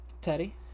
Teddy